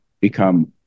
become